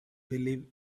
believe